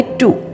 two